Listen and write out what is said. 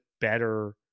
better